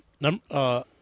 number